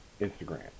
Instagram